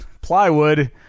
plywood